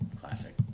Classic